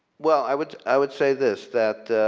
well i would i would say this that